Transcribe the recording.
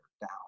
down